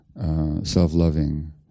self-loving